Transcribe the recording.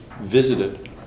visited